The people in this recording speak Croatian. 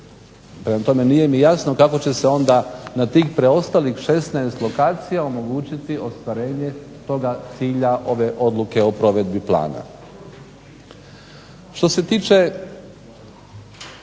Prema tome nije mi jasno kako će se onda na tih preostalih 16 lokacija omogućiti ostvarenje toga o provedbi plana.